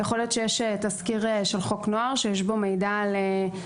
יכול להיות שיש תסקיר של חוק נוער שיש בו מידע חסוי,